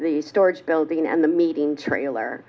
the storage building and the meeting trailer